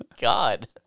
god